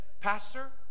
Pastor